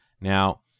Now